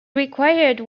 required